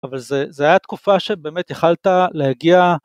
אבל זו הייתה תקופה שבאמת יכלת להגיע...